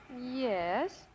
Yes